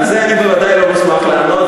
על זה אני בוודאי לא מוסמך לענות.